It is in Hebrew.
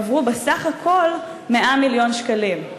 עברו בסך הכול 100 מיליון שקלים,